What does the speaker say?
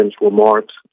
remarks